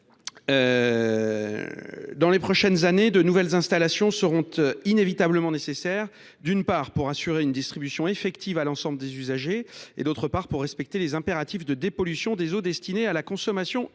Dans les prochaines années, de nouvelles installations seront nécessaires pour assurer une distribution effective à l’ensemble des usagers, mais aussi pour respecter les impératifs de dépollution des eaux destinées à la consommation humaine.